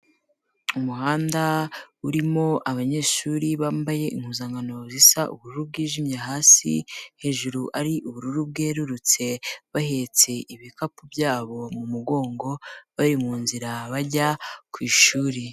Umuhanda urimo abanyeshuri bambaye impuzankano zisa ubururu bwijimye hasi, hejuru ari ubururu bwerurutse bahetse ibikapu byabo mu mugongo bari mu nzira bajya ku ishuri.